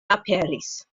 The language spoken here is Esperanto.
aperis